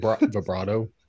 Vibrato